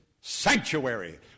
sanctuary